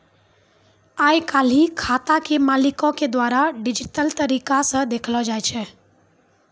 आइ काल्हि खाता के मालिको के द्वारा डिजिटल तरिका से देखलो जाय छै